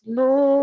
no